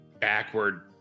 backward